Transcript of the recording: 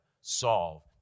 solve